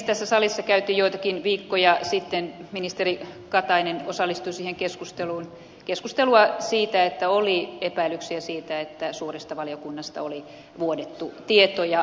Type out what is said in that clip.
tässä salissa käytiin joitakin viikkoja sitten ministeri katainen osallistui siihen keskusteluun keskustelua siitä että oli epäilyksiä siitä että suuresta valiokunnasta oli vuodettu tietoja